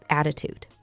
attitude